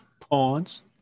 Pawns